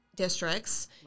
districts